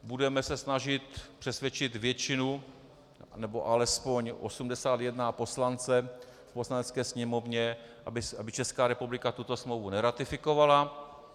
Budeme se snažit přesvědčit většinu, nebo alespoň 81 poslanců, v Poslanecké sněmovně, aby Česká republika tuto smlouvu neratifikovala.